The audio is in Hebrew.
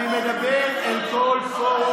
אני מדבר אל כל פורום,